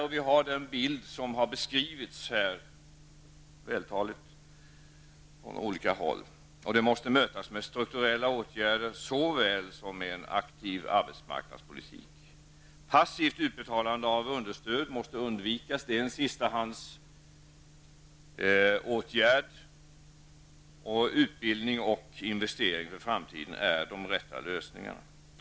Bilden är den som har beskrivits vältaligt från olika håll här. Detta måste mötas såväl med strukturella åtgärder som med en aktiv arbetsmarknadspolitik. Ett passivt utbetalande av understöd måste undvikas. Det är en sistahandsåtgärd. Utbildning och investeringar för framtiden är de rätta lösningarna.